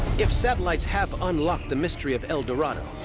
if satellites have unlocked the mystery of el dorado,